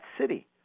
city